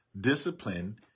discipline